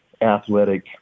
athletic